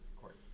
court